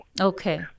Okay